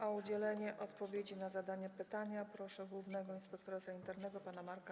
O udzielenie odpowiedzi na zadane pytania proszę głównego inspektora sanitarnego pana Marka